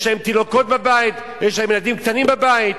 יש להם תינוקות בבית, יש להם ילדים קטנים בבית.